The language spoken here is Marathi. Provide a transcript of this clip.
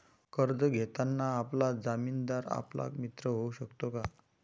कर्ज घेताना आपला जामीनदार आपला मित्र होऊ शकतो का?